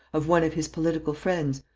of one of his political friends,